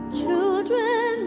children